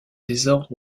désordre